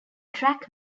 track